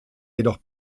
jedoch